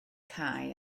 cae